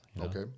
okay